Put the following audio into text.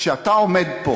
כשאתה עומד פה